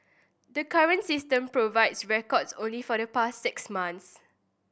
the current system provides records only for the past six months